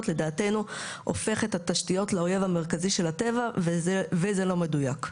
לדעתנו הופך את התשתיות לאויב המרכזי של הטבע וזה לא מדויק.